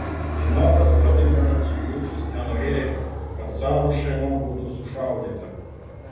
žinau kad vladimiras iljičius nenorėjo kad caro šeima būtų sušaudyta